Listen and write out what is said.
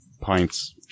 pints